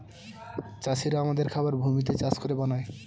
চাষিরা আমাদের খাবার ভূমিতে চাষ করে বানায়